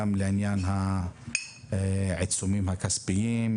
גם לעניין העיצומים הכספיים,